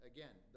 Again